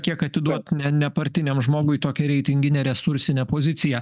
kiek atiduot ne nepartiniam žmogui tokią reitinginę resursinę poziciją